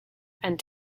and